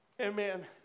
Amen